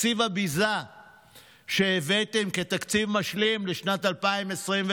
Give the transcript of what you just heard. תקציב הביזה שהבאתם כתקציב משלים לשנת 2023,